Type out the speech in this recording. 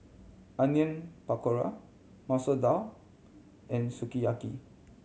Onion Pakora Masoor Dal and Sukiyaki